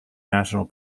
national